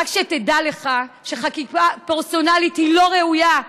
רק שתדע לך שחקיקה פרסונלית היא לא ראויה.